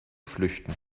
flüchten